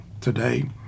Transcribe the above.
today